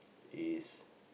is